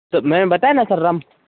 तो मैंने बताया ना सर रम